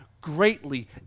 greatly